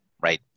right